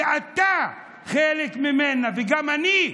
שאתה חלק ממנה וגם אני,